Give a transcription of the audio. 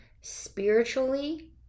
spiritually